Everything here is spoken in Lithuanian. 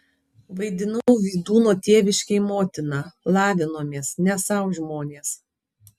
vaidinau vydūno tėviškėj motiną lavinomės ne sau žmonės